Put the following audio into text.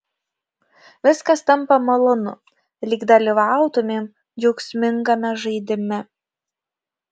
viskas tampa malonu lyg dalyvautumėm džiaugsmingame žaidime